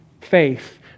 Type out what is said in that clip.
faith